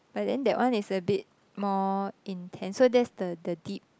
but then that one is a bit more intense so that's the the deep